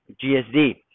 GSD